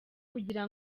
kugira